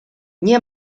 nie